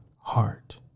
heart